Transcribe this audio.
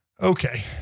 Okay